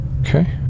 Okay